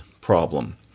problem